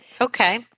Okay